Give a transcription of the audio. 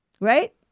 right